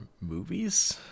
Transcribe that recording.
movies